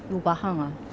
you bahang ah